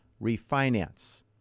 refinance